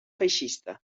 feixista